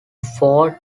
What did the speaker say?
fort